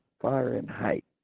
fahrenheit